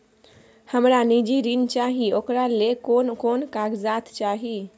हमरा निजी ऋण चाही ओकरा ले कोन कोन कागजात चाही?